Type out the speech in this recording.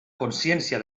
consciència